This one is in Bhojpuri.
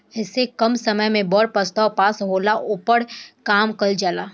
ऐमे कम समय मे बड़ प्रस्ताव पास होला, ओपर काम कइल जाला